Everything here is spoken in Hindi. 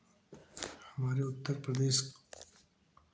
हमारे उत्तर प्रदेश